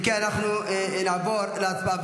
אם כן, אנחנו נעבור להצבעה.